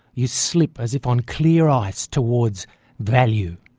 you slip, as if on clear ice, towards value.